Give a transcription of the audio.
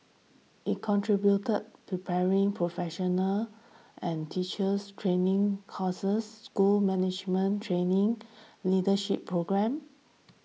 it contributor preparing to professionals and teachers training courses school management training leadership programmes